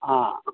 હા